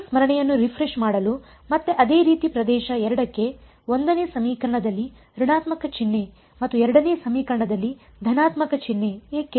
ನಿಮ್ಮ ಸ್ಮರಣೆಯನ್ನು ರಿಫ್ರೆಶ್ ಮಾಡಲು ಮತ್ತೆ ಅದೇ ರೀತಿ ಪ್ರದೇಶ 2 ಕ್ಕೆ 1 ನೇ ಸಮೀಕರಣದಲ್ಲಿ ಋಣಾತ್ಮಕ ಚಿಹ್ನೆ ಮತ್ತು 2 ನೇ ಸಮೀಕರಣದಲ್ಲಿ ಧನಾತ್ಮಕ ಚಿಹ್ನೆ ಏಕೆ